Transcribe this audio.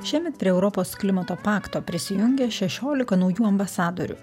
šiemet prie europos klimato pakto prisijungė šešiolika naujų ambasadorių